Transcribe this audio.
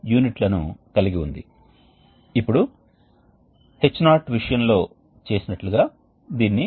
మనం ఈ నిర్దిష్ట స్లయిడ్కి వెళితే ఇక్కడ మనం నిర్దిష్ట రికవరేటర్లను చూడవచ్చు అవి వ్యర్థ ఉష్ణ రికవరీ ప్రయోజనం కోసం ప్రత్యేకమైనవి